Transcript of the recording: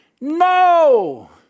no